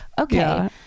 okay